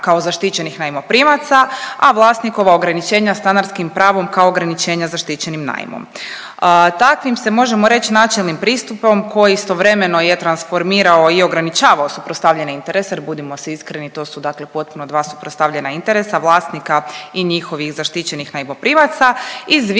kao zaštićenih najmoprimaca, a vlasnikova ograničenja stanarskim pravom kao ograničenja zaštićenim najmom. Takvim se možemo reć načelnim pristupom koji istovremeno je transformirao i ograničavao suprotstavljeni interes, jer budimo si iskreni to su potpuno dva suprotstavljena interesa vlasnika i njihovih zaštićenih najmoprimaca izvire